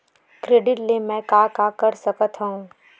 Credit ले मैं का का कर सकत हंव?